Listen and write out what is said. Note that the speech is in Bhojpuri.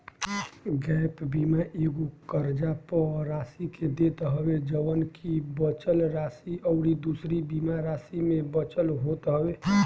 गैप बीमा एगो कर्जा पअ राशि के देत हवे जवन की बचल राशि अउरी दूसरी बीमा राशि में बचल होत हवे